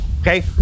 Okay